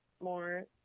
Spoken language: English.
more